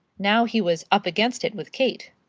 now he was up against it with kate.